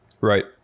Right